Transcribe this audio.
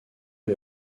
est